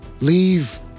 leave